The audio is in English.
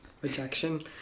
rejection